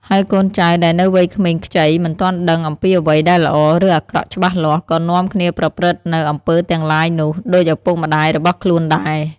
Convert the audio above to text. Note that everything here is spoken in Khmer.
ហើយកូនចៅដែលនៅវ័យក្មេងខ្ចី មិនទាន់ដឹងអំពីអ្វីដែលល្អ ឬអាក្រក់ច្បាស់លាស់ ក៏នាំគ្នាប្រព្រឹត្តនូវ អំពើទាំងឡាយនោះ ដូចឪពុកម្តាយរបស់ខ្លួនដែរ។